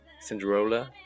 Cinderella